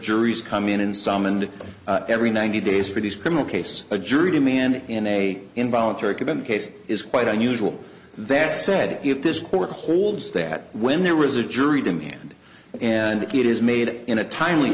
juries come in in some and every ninety days for these criminal case a jury demand it in a involuntary given case is quite unusual that said if this court holds that when there was a jury demand and it is made in a timely